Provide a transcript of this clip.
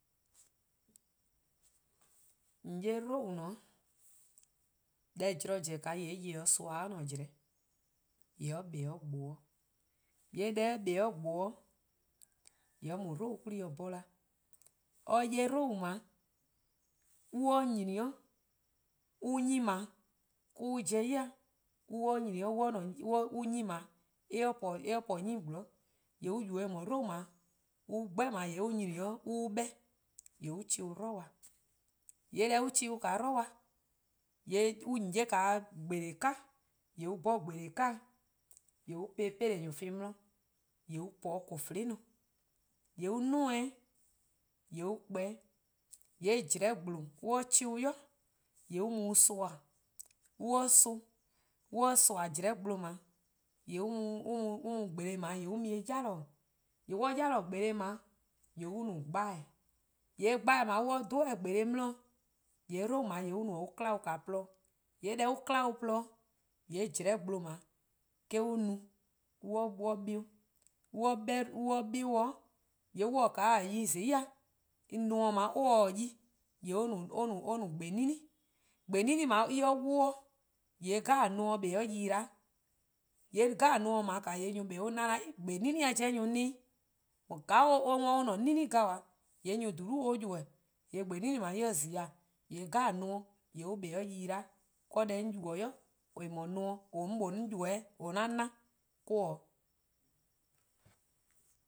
:On 'ye 'dlou: :dao' 'weh :e, :yeh zorn-a :hyee' nyor-kpalu soan or-a'a: 'jlehn :yee' or 'kpa :gboa'. :yee' deh or 'kpa-a 'de :gboa' :yee' or mu 'dlou: 'kwla+-dih 'bhorn 'da, :mor or 'ye 'dlou: :dao' on 'nyne 'o, an 'nyne :dao' me-: an pobo ya, :mor on po 'nyne 'zorn, :yee' on yubo-eh 'dlou: :dao' 'an gbon+ :dao' :yee' on nyni 'weh on 'ye-uh 'beh, :yee' on chehn-uh 'dlu 'i. :yee' deh on chehn-uh 'dlu 'i, :yee' :on 'ye 'bhorke 'kan, :yee' on 'dhorn 'bhorke 'kan-dih :yee' on po-eh 'peleh :kornu:+ 'di-dih, on po 'de :koo:-fluh+ 'i, :yee' on 'duo:-eh 'weh, :yee' on kpa-eh, :yee' 'jlehn-gblon: :mor on chehn-uh 'i, :yee' on mu-eh soan:, :mor on soan' :mor on soan' 'jlehn-gblon: :dao' :yee' on mu 'bhorke :dao' ya-dih: :mor on ya-dih 'bhorke :dao' :yee' on no gbeheh:, :yee' gbeheh: :dao' :mor on dhe-dih 'bhorke 'di-dih, :yee' on kla 'dlou: :dao' worn, :yee' deh on kla-a 'dlou: :dao' worn, :yee' 'jlehn-gblon: :dao' eh-: an no 'de an 'beh-uh. :mor on 'beh-uh, :yee' :mor on :taa 'de yi :zai', :yee' nomor :dao' :mor or :taa 'de yi, :yee' or no :gbenini', :mor :gbenini' :dao' en 'wluh 'o, :yee' nomor 'jeh kpa 'de yi 'da 'weh. :yee' nomor 'jeh :dao :yee' 'kpa 'o or 'na-dih 'weh, :gbenini'-a 'jeh nyor 'na-ih, :ka or 'worn or :ne-a 'nini' gabaa: :yee' nyor :dhulu' se-or ybeh:. :yee' :gbenini' :dao' :mor en zi, nomor 'jeh :yee' or kpa-dih yi 'da 'weh. Deh 'on yubo-a 'i. :eh mor nomor 'mor :mlor 'on ybeh-a :or 'an 'na-a' or-' 'o. n